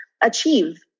achieve